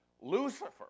Lucifer